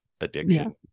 addiction